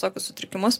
tokius sutrikimus